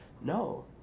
No